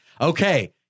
Okay